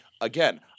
again